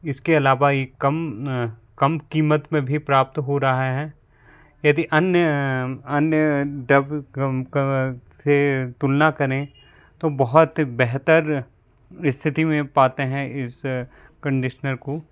इसके अलावा ये कम कम कीमत में भी प्राप्त हो रहा है यदि अन्य अन्य डब से तुलना करें तो बहुत बेहतर इस्थिति में पाते हैं इस कंडिशनर को